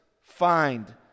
find